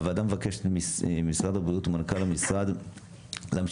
הוועדה מבקשת ממשרד הבריאות ומנכ"ל המשרד להמשיך